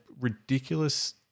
ridiculous